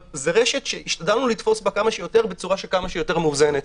אבל זו רשת שהשתדלנו לתפוס בה כמה שיותר בצורה כמה שיותר מאוזנת.